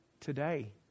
Today